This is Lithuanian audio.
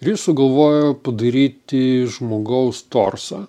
jis sugalvojo padaryti žmogaus torsą